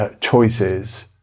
choices